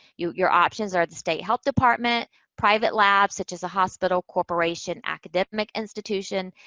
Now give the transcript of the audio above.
your your options are the state health department, private labs, such as a hospital, corporation, academic institution.